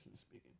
speaking